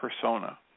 persona